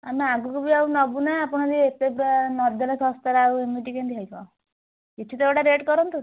ଆମେ ଆଗକୁ ବି ଆଉ ନେବୁନା ଆପଣ ଯଦି ଏତେ ନଦେଲେ ଶସ୍ତାରେ ଆଉ ଏମିତି କେମିତି ହେବ କିଛି ତ ଗୋଟେ ରେଟ୍ କରନ୍ତୁ